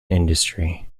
industry